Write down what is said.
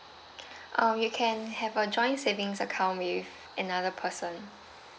um you can have a joint savings account with another person